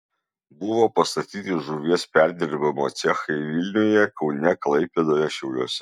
buvo pastatyti žuvies perdirbimo cechai vilniuje kaune klaipėdoje šiauliuose